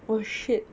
oh shit